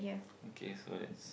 okay so that's